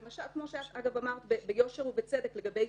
כמו שאת אגב אמרת ביושר ובצדק לגבי